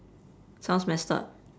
sounds messed up